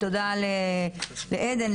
ותודה לעדן,